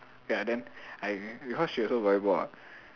ya then I because she also very bored